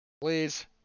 Please